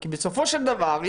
כי בסופו של דבר,